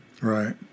Right